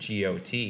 got